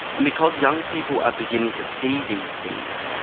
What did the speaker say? and because young people are beginning to see these things,